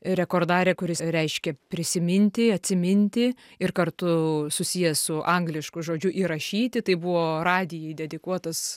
rekordare kuris reiškia prisiminti atsiminti ir kartu susijęs su anglišku žodžiu įrašyti tai buvo radijai dedikuotas